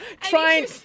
trying